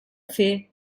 fer